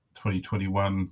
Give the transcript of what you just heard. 2021